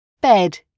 bed